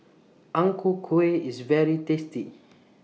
Ang Ku Kueh IS very tasty